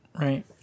Right